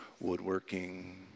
woodworking